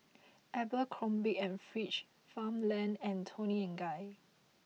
Abercrombie and Fitch Farmland and Toni and Guy